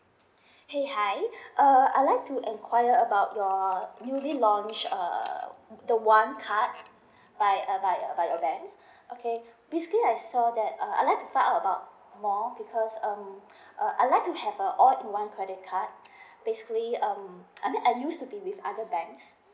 !hey! hi uh I'd like to enquire about your newly launched uh the one card by uh by uh by your bank okay basically I saw that err I'd like to find out about more because um uh I'd like to have a all in one credit card basically um I mean I used to be with other banks